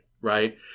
right